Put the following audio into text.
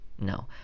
No